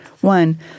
One